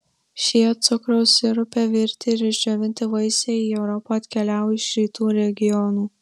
šie cukraus sirupe virti ir išdžiovinti vaisiai į europą atkeliavo iš rytų regionų